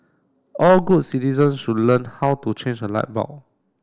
all good citizen should learn how to change a light bulb